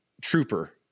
trooper